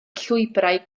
llwybrau